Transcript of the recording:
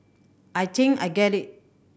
I think I get it